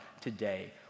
today